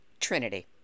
Trinity